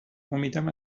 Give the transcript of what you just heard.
امیدم